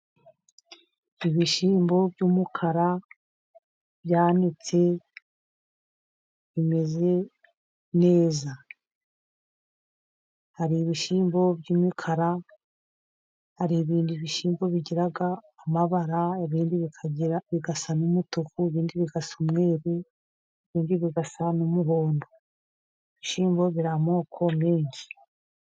Ibishyimbo by'umukara byanitse bimeze neza. Hari ibishyimbo by'imikara, hari ibindi bishyimbo bigira amabara, ibindi bigasa n'umutuku, ibindi bigasa n'umweru ibindi bigasa n'umuhondo. Ibishyimbo bigira amoko menshi.